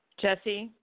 Jesse